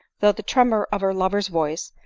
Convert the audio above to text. though the tremor of her lover's voice,